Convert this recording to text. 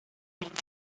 tingué